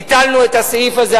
ביטלנו את הסעיף הזה,